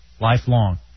Lifelong